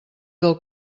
del